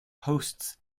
hosts